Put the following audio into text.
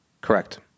Correct